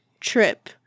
trip